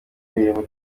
imirimo